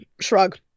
shrug